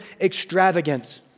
extravagance